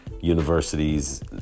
universities